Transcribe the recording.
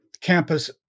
campus